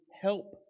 help